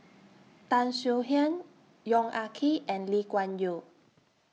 Tan Swie Hian Yong Ah Kee and Lee Kuan Yew